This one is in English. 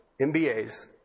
MBAs